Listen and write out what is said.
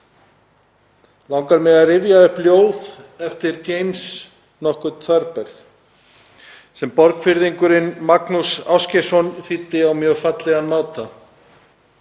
langar mig að rifja upp ljóð eftir James nokkurn Thurber sem Borgfirðingurinn Magnús Ásgeirsson þýddi á mjög fallegan máta,